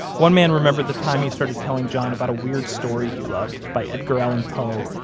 one man remembered the time he started telling john about a weird story he loved by edgar allen poe,